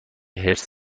حرص